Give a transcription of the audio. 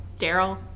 Daryl